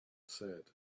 said